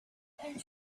and